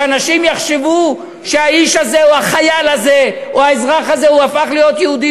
שאנשים יחשבו שהאיש הזה או החייל הזה או האזרח הזה הפך להיות יהודי,